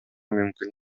мүмкүн